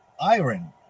iron